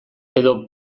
edo